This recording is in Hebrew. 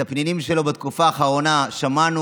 את הפנינים שלו בתקופה האחרונה שמענו,